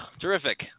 Terrific